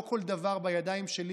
לא כל דבר בידיים שלי,